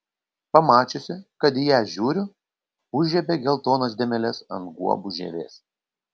pamačiusi kad į ją žiūriu užžiebė geltonas dėmeles ant guobų žievės